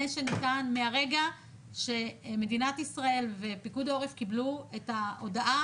שניתן מהרגע שמדינת ישראל ופיקוד העורף קיבלו את ההודעה